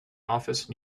office